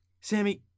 Sammy